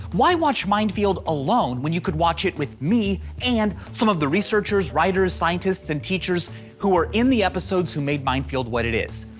why watch mind field alone when you could watch it with me and some of the researchers, writers, scientists and teachers who are in the episodes who made mind field what it is?